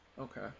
Okay